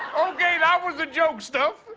okay, that was the joke stuff.